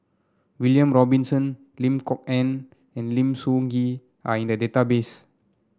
William Robinson Lim Kok Ann and Lim Soo Ngee are in the database